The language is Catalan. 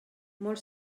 molt